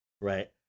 Right